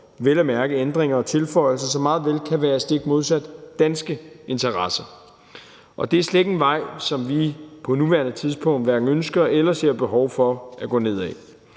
vel at mærke ændringer og tilføjelser, som meget vel kan være stik modsat danske interesser. Det er slet ikke en vej, som vi på nuværende tidspunkt ønsker eller ser behov for at gå ned ad.